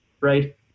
Right